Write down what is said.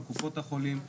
על קופות החולים,